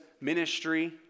ministry